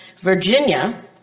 Virginia